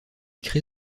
crée